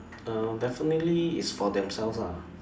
err definitely is for themselves lah